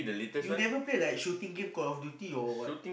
you never play like shooting game Call of Duty or what